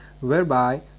whereby